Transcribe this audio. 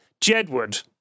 Jedward